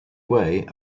way